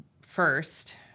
first